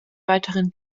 weiteren